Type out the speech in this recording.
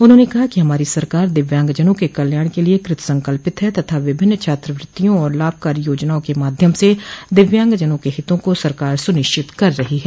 उन्होंने कहा कि हमारी सरकार दिव्यांगजनों के कल्याण के लिए कृतसंकल्पित है तथा विभिन्न छात्रवृत्तियों और लाभकारी योजनाओं के माध्यम से दिव्यागंजनों के हितों को सरकार सुनिश्चित कर रही है